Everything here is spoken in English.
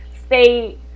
stay